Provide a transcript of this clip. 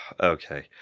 Okay